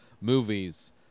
movies